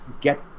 get